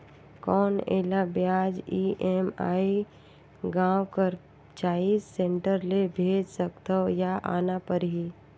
कौन एला ब्याज ई.एम.आई गांव कर चॉइस सेंटर ले भेज सकथव या आना परही?